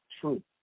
true